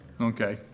Okay